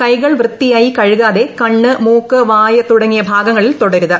കൈകൾ വൃത്തിയായി കഴുകാതെ കണ്ണ് മൂക്ക് വായ് തുടങ്ങിയ ഭാഗങ്ങളിൽ തൊടരുത്